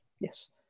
Yes